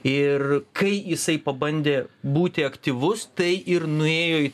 ir kai jisai pabandė būti aktyvus tai ir nuėjo